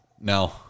No